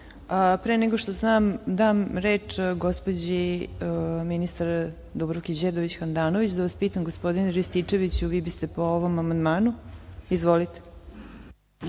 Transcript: nego što dam reč gospođi ministarki Dubravki Đedović Handanović, da vas pitam, gospodine Rističeviću, vi biste po ovom amandmanu? Izvolite.